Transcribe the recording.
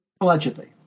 Allegedly